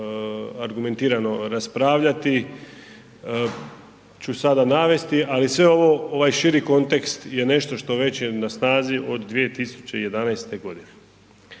argumentirano raspravljati ću sada navesti, ali sve, ovaj širi kontekst je nešto što već je na snazi od 2011.g.